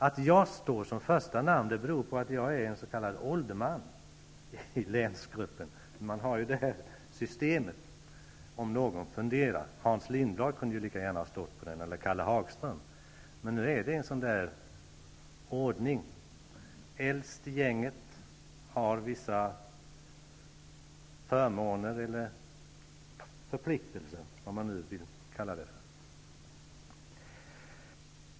Att jag står som första namn på denna motion, beror på att jag är s.k. ålderman i länsgruppen. Om någon undrar så har man detta system. Hans Lindblad eller Karl Hagström kunde lika gärna ha stått som första namn. Men nu har man alltså denna ordning, dvs. att den som är äldst i gänget har vissa förmåner eller förpliktelser, vilket man nu vill kalla det.